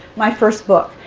my first book.